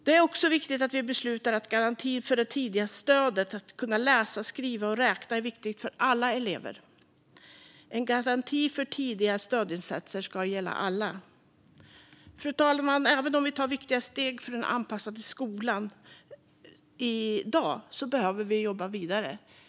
Det är också viktigt att vi beslutar att garantin för tidiga stödinsatser för läsa, skriva och räkna ska gälla alla elever. Fru talman! Även om vi tar viktiga steg för den anpassade skolan här i dag behöver vi jobba vidare.